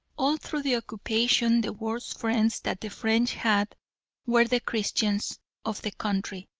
all through the occupation the worst friends that the french had were the christians of the country.